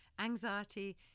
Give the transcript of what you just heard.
anxiety